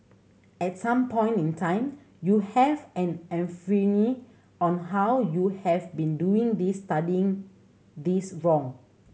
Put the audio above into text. at some point in time you have an on how you have been doing this studying this wrong